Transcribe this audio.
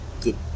good